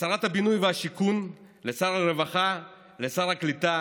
לשרת הבינוי והשיכון, לשר הרווחה, לשר הקליטה